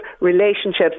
relationships